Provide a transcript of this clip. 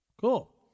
Cool